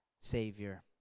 Savior